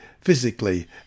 physically